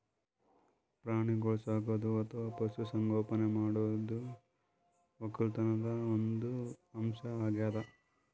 ಪ್ರಾಣಿಗೋಳ್ ಸಾಕದು ಅಥವಾ ಪಶು ಸಂಗೋಪನೆ ಮಾಡದು ವಕ್ಕಲತನ್ದು ಒಂದ್ ಅಂಶ್ ಅಗ್ಯಾದ್